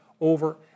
over